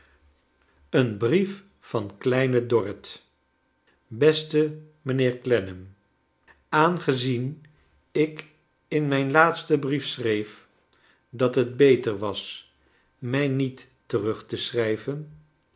een brief van kleine dorrit beste mijnheer clennam aangezien ik in mijn laatsten brief schreef dat het beter was mij niet terug te schrijven